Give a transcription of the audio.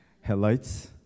headlights